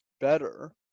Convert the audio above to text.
better